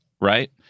Right